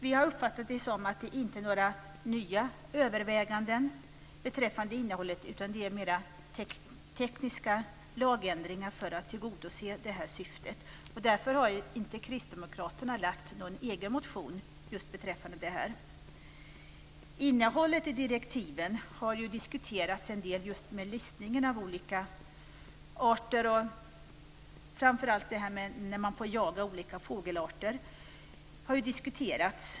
Vi har uppfattat det som att det inte gäller några nya överväganden beträffande innehållet, utan att det handlar om tekniska lagändringar för att tillgodose syftet. Därför har inte Kristdemokraterna lagt någon egen motion beträffande detta. Innehållet i direktiven har diskuterats en del när det gäller listningen av olika arter. Framför allt har man ju diskuterat frågan om när man får jaga olika fågelarter.